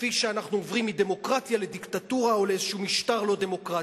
כפי שאנחנו עוברים מדמוקרטיה לדיקטטורה או לאיזשהו משטר לא דמוקרטי.